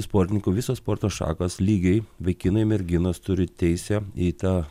sportininku visos sporto šakos lygiai vaikinai merginos turi teisę į tą